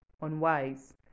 unwise